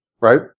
Right